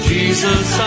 Jesus